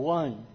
one